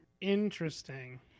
Interesting